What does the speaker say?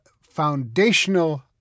foundational